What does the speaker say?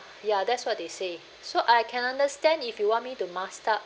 ya that's what they say so I can understand if you want me to mask up